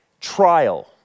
trial